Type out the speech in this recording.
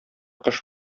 кыш